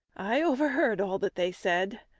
i overheard all that they said.